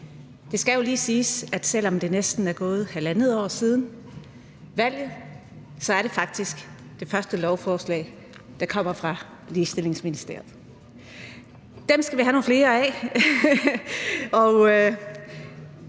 Det skal jo lige siges, at selv om der næsten er gået halvandet år siden valget, er det faktisk det første lovforslag, der kommer fra ligestillingsministeren. Dem skal vi have nogle flere af.